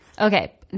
Okay